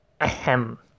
Ahem